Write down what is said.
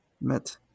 met